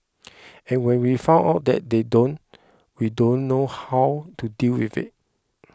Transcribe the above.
and when we found out that they don't we don't know how to deal with it